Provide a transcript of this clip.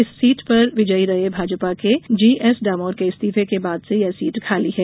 इस सीट से विजयी रहे भाजपा के जी एस डामोर के इस्तीफे के बाद से यह सीट खाली है